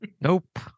Nope